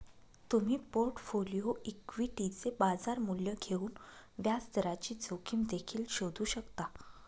तुम्ही पोर्टफोलिओ इक्विटीचे बाजार मूल्य घेऊन व्याजदराची जोखीम देखील शोधू शकता